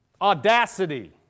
Audacity